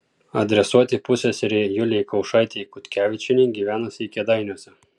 adresuoti pusseserei julei kaušaitei kutkevičienei gyvenusiai kėdainiuose